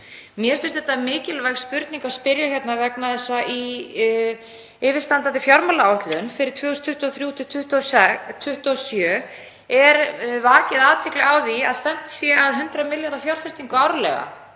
Mér finnst þetta mikilvæg spurning vegna þess að í yfirstandandi fjármálaáætlun, fyrir 2023–2027, er vakin athygli á því að stefnt sé að 100 milljarða fjárfestingu árlega